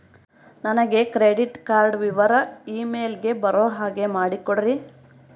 ನನಗೆ credit card ವಿವರ email ಗೆ ಬರೋ ಹಾಗೆ ಮಾಡಿಕೊಡ್ರಿ?